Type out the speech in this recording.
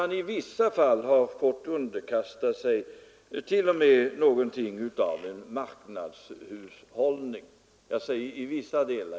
Man har i vissa fall fått underkasta sig t.o.m. något av en marknadshushållning. Jag säger i vissa fall.